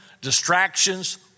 distractions